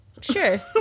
Sure